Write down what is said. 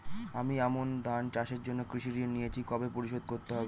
আমি আমন ধান চাষের জন্য কৃষি ঋণ নিয়েছি কবে পরিশোধ করতে হবে?